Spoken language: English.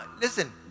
Listen